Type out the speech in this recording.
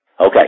Okay